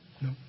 No